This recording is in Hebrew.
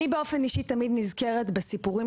אז אני באופן אישי תמיד נזכרת בסיפורים